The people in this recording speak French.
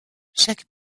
chaque